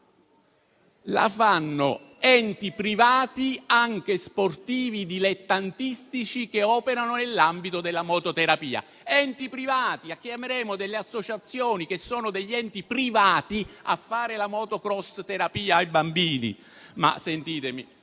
La fanno enti privati, anche sportivi, dilettantistici che operano nell'ambito della mototerapia. Chiameremo delle associazioni, che sono degli enti privati, a fare la *motocross* terapia ai bambini. Comunque,